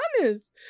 honest